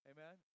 Amen